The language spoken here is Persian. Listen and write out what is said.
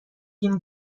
گین